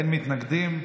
אין מתנגדים.